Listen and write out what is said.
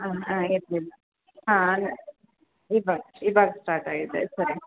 ಹಾಂ ಹಾಂ ಎಸ್ ಇಲ್ಲ ಹಾಂ ಇವಾಗ ಇವಾಗ ಸ್ಟಾರ್ಟ್ ಆಗಿದೆ